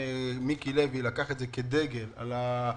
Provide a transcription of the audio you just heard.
מיקי לוי לקח את זה כדגל את נושא